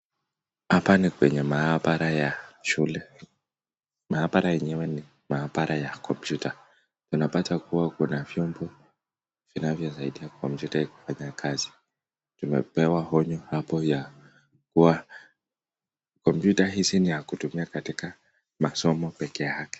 Hapa ni kwenye maabara ya shule. Maabara yenyewe ni maabara ya kompyuta. Tunapata kuwa kuna vyombo vinavyosaidia kompyuta hii kufanya kazi. Tumepewa onyo hapo ya kuwa kompyuta hizi ni za kutumia katika masomo pekee yake.